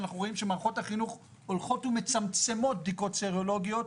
אנחנו רואים שמערכות החינוך הולכות ומצמצמות בדיקות סרולוגיות,